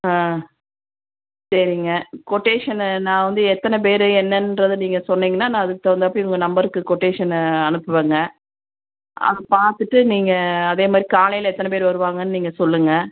ஆ சரிங்க கொட்டேஷன்னு நான் வந்து எத்தனை பேர் என்னன்றது நீங்கள் சொன்னிங்கன்னா நான் அதுக்கு தகுந்தாப்பில உங்கள் நம்பருக்கு கொட்டேஷனை அனுப்புவங்க ஆ பார்த்துட்டு நீங்கள் அதே மாதிரி காலையில் எத்தனை பேர் வருவாங்கன்னு நீங்கள் சொல்லுங்கள்